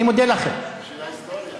בשביל ההיסטוריה.